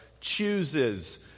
chooses